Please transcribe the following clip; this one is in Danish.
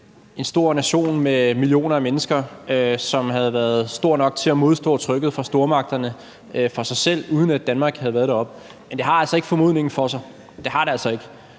en stor nation med millioner af mennesker, som havde været stor nok til at modstå trykket fra stormagterne af sig selv, uden at Danmark havde været deroppe? Det har altså ikke formodningen for sig. Det har det altså ikke.